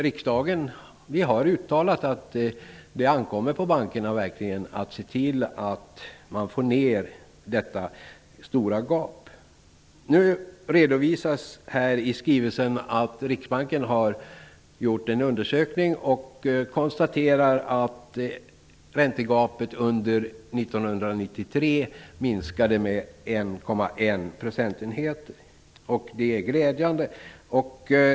Vi har uttalat att det verkligen ankommer på bankerna att se till att det stora gapet minskar. I skrivelsen redovisas att Riksbanken har gjort en undersökning. Det konstateras att räntegapet minskade med 1,1 procentenhet under år 1993. Det är glädjande.